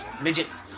Midgets